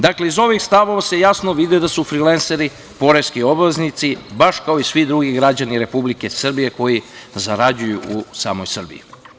Dakle, iz ovih stavova se jasno vidi da su frilenseri poreski obveznici baš kao i svi drugi građani Republike Srbije koji zarađuju u samoj Srbiji.